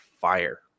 fire